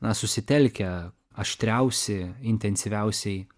na susitelkę aštriausi intensyviausiai